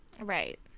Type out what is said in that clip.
Right